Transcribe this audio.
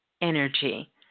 energy